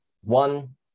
One